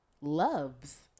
loves